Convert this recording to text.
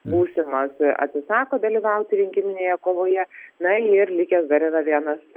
būsimas atsisako dalyvauti rinkiminėje kovoje na ir likęs dar yra vienas